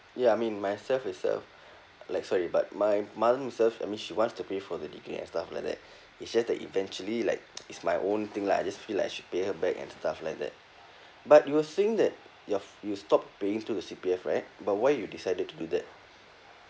ya I mean myself itself like sorry but my mother herself I means she wants to pay for the degree and stuff like that it's just that eventually like it's my own thing lah I just feel like I should pay her back and stuff like that but you were saying that you've you stopped paying through the C_P_F right but why you decided to do that